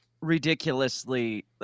ridiculously –